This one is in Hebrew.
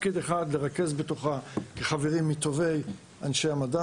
תפקיד אחד, לרכז בתוכה חברים מטובי אנשי המדע.